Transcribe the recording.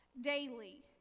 daily